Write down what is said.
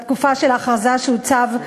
בתקופה של ההכרזה של הצו,